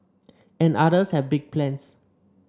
and others have big plans